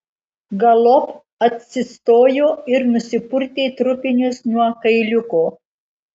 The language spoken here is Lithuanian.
galop atsistojo ir nusipurtė trupinius nuo kailiuko